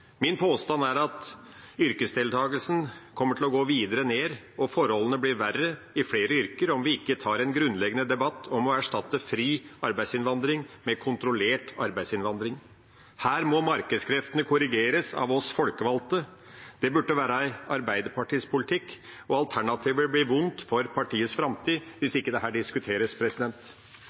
Min påstand er at yrkesdeltakelsen kommer til å gå videre ned og forholdene bli verre i flere yrker om vi ikke tar en grunnleggende debatt om å erstatte fri arbeidsinnvandring med kontrollert arbeidsinnvandring. Her må markedskreftene korrigeres av oss folkevalgte. Det burde være Arbeiderpartiets politikk, og alternativet vil bli vondt for partiets framtid hvis ikke dette diskuteres.